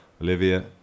olivia